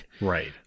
right